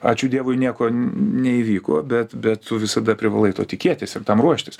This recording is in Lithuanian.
ačiū dievui nieko neįvyko bet bet tu visada privalai to tikėtis ir tam ruoštis